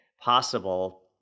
possible